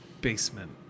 basement